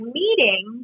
meeting